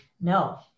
No